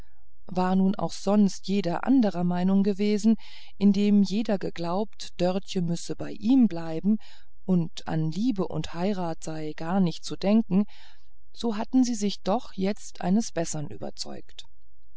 war nun auch sonst jeder anderer meinung gewesen indem jeder geglaubt dörtje müsse bei ihm bleiben und an liebe und heirat sei gar nicht zu denken so hatten sie sich doch jetzt eines bessern überzeugt